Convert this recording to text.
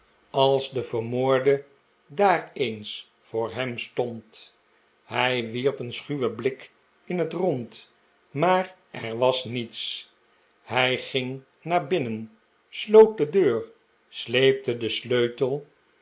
als de vermoorde daar eens voor hem stond hij wierp een schuwen blik in het rond maar er was niets hij ging naar binnen sloot de deur sleepte den sleutel